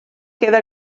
queda